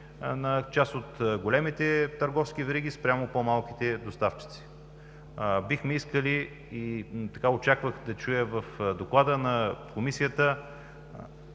на част от големите търговски вериги спрямо по-малките доставчици. Бихме искали и очаквах да чуя в Доклада на Комисията